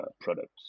products